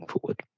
forward